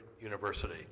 University